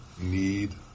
need